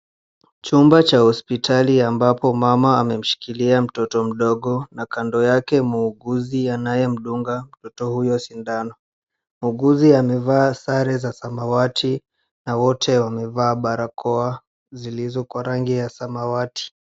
Chumba cha hospitali ambapo mama ame mshikilia mtoto mdogo na kando yake muuguzi huyo ana mdunga mtoto sindano muuguzi amevaa sare za samawati na wot wamevaa barakoa zilizo kwa rangi ya samawati.